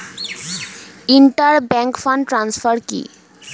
Inter bank fund transfer কি?